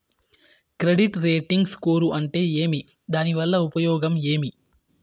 Credit rating score అంటే ఏమి దాని వల్ల ఉపయోగం ఏమి?